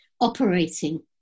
operating